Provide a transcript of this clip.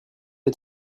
est